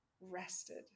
rested